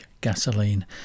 Gasoline